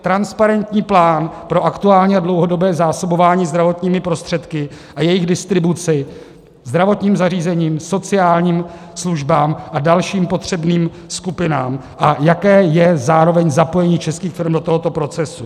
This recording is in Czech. Transparentní plán pro aktuální a dlouhodobé zásobování zdravotními prostředky a jejich distribuci zdravotním zařízením, sociálním službám a dalším potřebným skupinám, a jaké je zároveň zapojení českých firem do tohoto procesu.